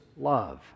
love